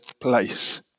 place